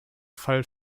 fall